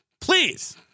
please